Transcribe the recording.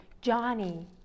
Johnny